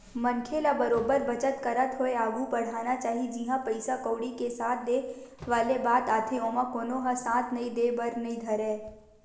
मनखे ल बरोबर बचत करत होय आघु बड़हना चाही जिहाँ पइसा कउड़ी के साथ देय वाले बात आथे ओमा कोनो ह साथ नइ देय बर नइ धरय